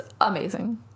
amazing